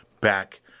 back